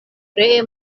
ree